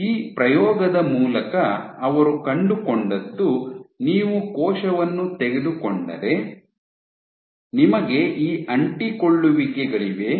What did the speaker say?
ಈ ಪ್ರಯೋಗದ ಮೂಲಕ ಅವರು ಕಂಡುಕೊಂಡದ್ದು ನೀವು ಕೋಶವನ್ನು ತೆಗೆದುಕೊಂಡರೆ ನಿಮಗೆ ಈ ಅಂಟಿಕೊಳ್ಳುವಿಕೆಗಳಿವೆ